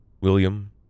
William